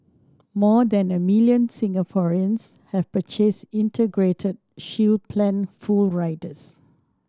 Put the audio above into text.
more than a million Singaporeans have purchased Integrated Shield Plan full riders